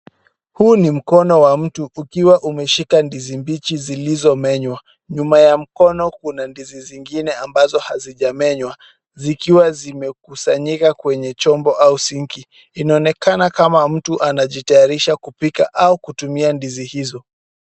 Huu ni mkono wa mtu ukiwa umeshika ndizi mbichi zilizomenywa. Nyuma ya mkono kuna ndizi zingine ambazo hazijamenywa zikiwa zimekusanyika kwenye chombo au sinki. Inaonekana kama mtu anajitayarisha kupika au kutumia ndizi hizo.